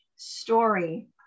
story